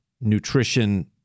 nutrition